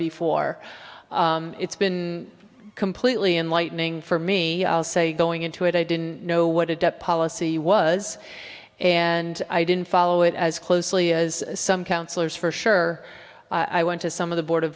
before it's been completely enlightening for me going into it i didn't know what a debt policy was and i didn't follow it as closely as some councillors for sure i went to some of the board of